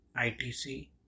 ITC